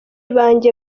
banjye